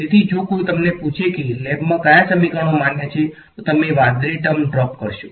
તેથી જો કોઈ તમને પૂછે કે લેબમાં કયા સમીકરણો માન્ય છે તો તમે વાદળી ટર્મ ડ્રોપ કરશો